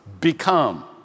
Become